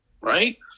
Right